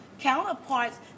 counterparts